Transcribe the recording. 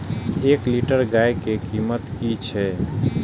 एक लीटर गाय के कीमत कि छै?